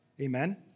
Amen